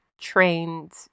trained